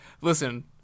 Listen